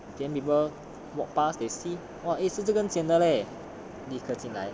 so eh then people walk past they see oh eh 这个不用钱的 leh